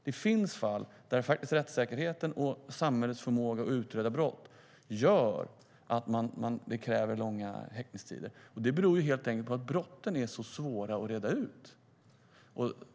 Det finns fall där rättssäkerheten och samhällets förmåga att utreda brott faktiskt gör att det krävs långa häktningstider. Det beror helt enkelt på att brotten är så svåra att reda ut.